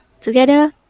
together